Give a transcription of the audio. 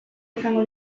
izango